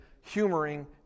humoring